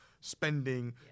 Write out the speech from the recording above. spending